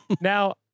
Now